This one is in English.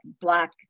black